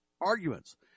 arguments